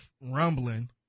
rumbling